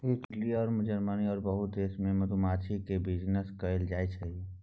Italy अउर Germany आरो बहुते देश सब मे मधुमाछी केर बिजनेस कएल जाइ छै